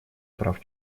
прав